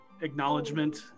acknowledgement